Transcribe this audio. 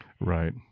Right